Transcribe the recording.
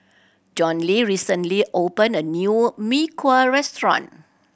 Johny recently opened a new Mee Kuah restaurant